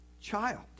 child